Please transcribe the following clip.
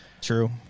true